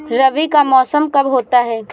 रबी का मौसम कब होता हैं?